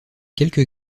quelques